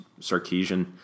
Sarkeesian